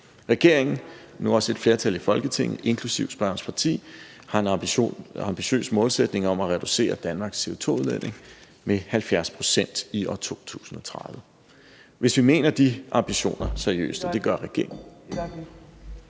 Regeringen og nu også et flertal i Folketinget, inklusive spørgerens parti, har en ambitiøs målsætning om at reducere Danmarks CO2-udledning med 70 pct. i år 2030. Hvis vi mener de ambitioner seriøst ...